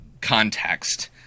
context